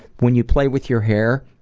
when you play with your hair,